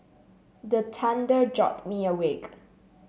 the thunder jolt me awake